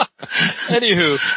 Anywho